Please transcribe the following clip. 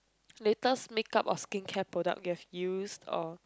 latest makeup or skin care product you have use or